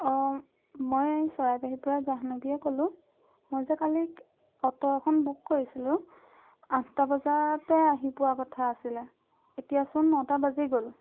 অঁ মই চৰাইবাহীৰ পৰা জাহ্ণৱীয়ে ক'লো মই যে কালি অটো এখন বুক কৰিছিলোঁ আঠটা বজাতে আহি পোৱাৰ কথা আছিলে এতিয়াচোন নটা বাজি গ'ল